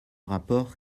rapport